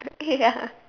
ya